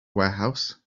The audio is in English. warehouse